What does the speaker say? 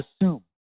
assume